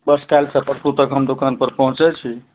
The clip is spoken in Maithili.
बस काल्हिसँ परसु तक हम दोकानपर पहुँचै छी